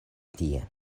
tie